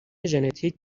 ژنتیک